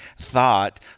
thought